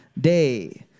Day